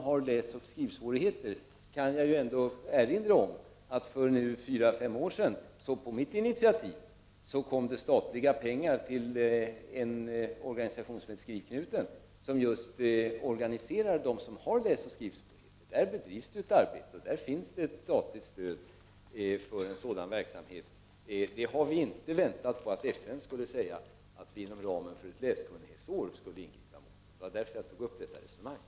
Jag kan erinra om att det för fyra fem år sedan, på mitt initiativ, gavs statliga pengar till en organisation som heter Skrivknuten, som just organiserar dem som har läsoch skrivsvårigheter. Där har vi inte väntat på att FN skulle säga att vi inom ramen för ett läskunnighetsår skulle ingripa. Det var därför som jag tog upp detta resonemang.